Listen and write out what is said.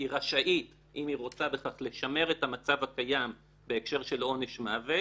היא רשאית אם היא רוצה בכך לשמר את המצב הקיים בהקשר של עונש מוות,